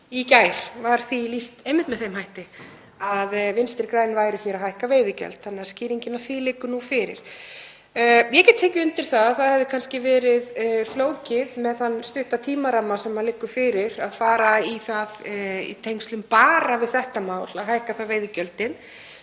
í gær var því lýst einmitt með þeim hætti að Vinstri græn væru að hækka veiðigjöld þannig að skýringin á því liggur fyrir. Ég get tekið undir að það hefði kannski verið flókið með þann stutta tímaramma sem liggur